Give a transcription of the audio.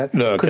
no.